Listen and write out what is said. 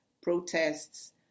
protests